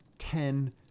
Ten